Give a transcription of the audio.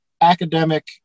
academic